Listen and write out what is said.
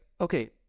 okay